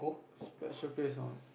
special place on